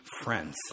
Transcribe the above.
friends